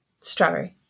Strawberry